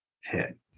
hit